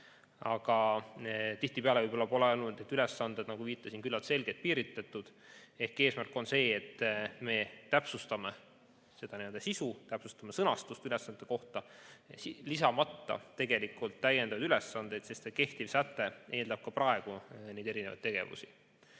Aga tihtipeale pole need ülesanded, nagu viitasin, küllalt selgelt piiritletud. Ehk eesmärk on see, et me täpsustame seda sisu, täpsustame ülesannete sõnastust, lisamata tegelikult täiendavaid ülesandeid, sest kehtiv säte eeldab ka praegu neid erinevaid tegevusi.